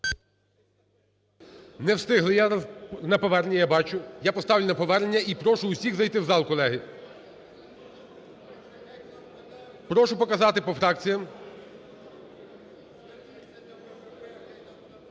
Не встигли. Я зараз на повернення, я бачу, я поставлю на повернення і прошу всіх зайти в зал, колеги. Прошу показати по фракціям.